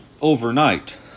overnight